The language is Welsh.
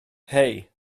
hei